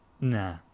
Nah